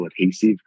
adhesive